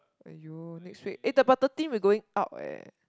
!aiyo! next week eh the but thirteen we going out eh